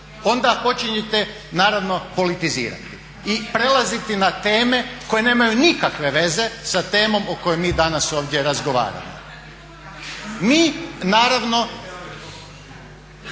onda počinjete naravno politizirati i prelaziti na teme koje nemaju nikakve veze sa temom o kojoj mi danas ovdje razgovaramo. Mi naravno ...